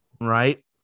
Right